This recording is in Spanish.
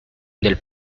del